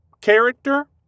character